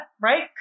right